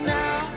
now